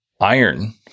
iron